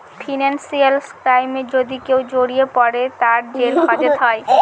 financial ক্রাইমে যদি কেউ জড়িয়ে পরে, তার জেল হাজত হয়